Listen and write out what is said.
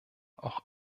auch